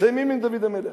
מסיימים עם דוד המלך.